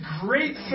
great